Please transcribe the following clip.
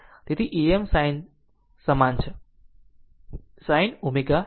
તેથી Em સમાન છે sin ω t